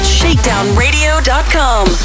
shakedownradio.com